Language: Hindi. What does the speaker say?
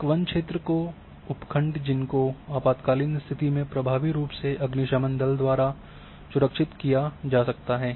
एक वन क्षेत्रों के उपखंड जिनको आपातकालीन स्तिथि में प्रभावी रूप से अग्निशमन दल द्वारा सुरक्षित किए जा सकते हैं